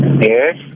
Yes